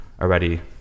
already